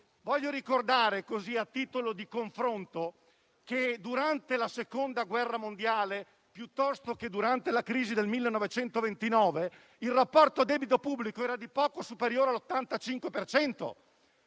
Voglio ricordare, a titolo di confronto, che durante la Seconda guerra mondiale o durante la crisi del 1929 il rapporto tra debito pubblico e PIL era di poco superiore all'85